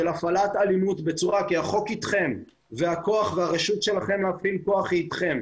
של הפעלת אלימות כי החוק אתכם והכוח והרשות שלכם להפעיל כוח היא אתכם,